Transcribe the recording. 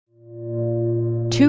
Two